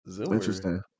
Interesting